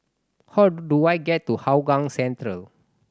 how do I get to Hougang Central